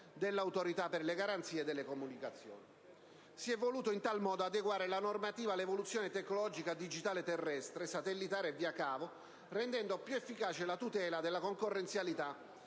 dell'Autorità per le garanzie nelle comunicazioni. Si è voluto in tal modo adeguare la normativa all'evoluzione tecnologica digitale terrestre, satellitare e via cavo, rendendo più efficace la tutela della concorrenzialità